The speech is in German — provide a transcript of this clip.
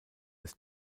des